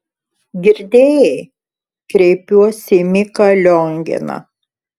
girdėjai kreipiuosi į miką lionginą